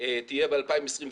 תהיה ב-2022,